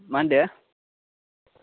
मा होन्दो